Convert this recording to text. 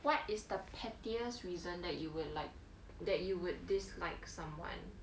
what is the pettiest reason that you would like that you would dislike someone